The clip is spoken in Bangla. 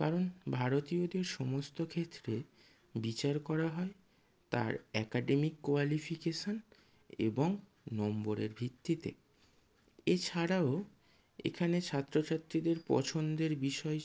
কারণ ভারতীয়দের সমস্ত ক্ষেত্রে বিচার করা হয় তার অ্যাকাডেমিক কোয়ালিফিকেশন এবং নম্বরের ভিত্তিতে এছাড়াও এখানে ছাত্র ছাত্রীদের পছন্দের বিষয়